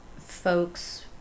folks